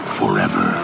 forever